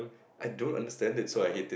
I don't understand that so I hate it